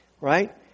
right